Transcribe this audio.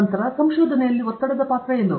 ನಂತರ ಸಂಶೋಧನೆಯಲ್ಲಿ ಒತ್ತಡದ ಪಾತ್ರ ಏನು